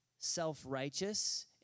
self-righteous